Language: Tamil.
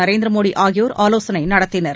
நரேந்திர மோடி ஆகியோர் ஆலோசனை நடத்தினர்